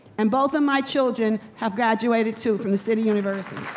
and both of my children have graduated, too, from the city university.